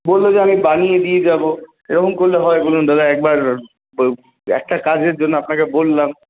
বলল যে আমি বানিয়ে দিয়ে যাবো এরকম করলে হয় বলুন দাদা একবার একটা কাজের জন্য আপনাকে বললাম